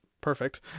perfect